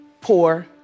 poor